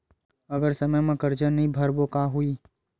अगर समय मा कर्जा नहीं भरबों का होई?